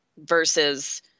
versus